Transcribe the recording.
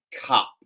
Cup